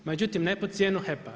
Međutim, ne pod cijenu HEP-a.